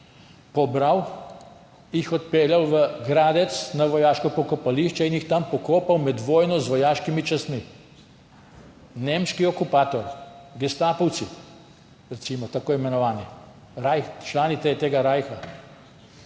pobral, jih odpeljal v Gradec na vojaško pokopališče in jih tam pokopal med vojno z vojaškimi častmi. Nemški okupator, gestapovci, recimo, tako imenovani, člani tretjega rajha.